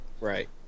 Right